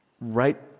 right